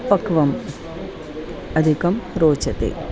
पक्वम् अधिकं रोचते